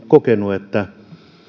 kokenut että